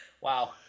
Wow